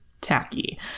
tacky